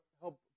help